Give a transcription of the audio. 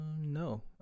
no